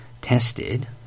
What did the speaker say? tested